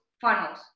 funnels